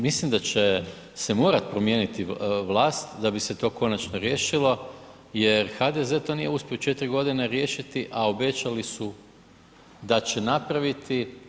Mislim da će se morati promijenit vlast da bi se to konačno riješilo jer HDZ to nije uspio četiri godine riješiti, a obećali su da će napraviti.